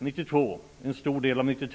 1992 och en stor del av 1993 gick företagen på röda siffror.